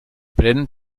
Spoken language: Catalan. pren